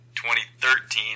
2013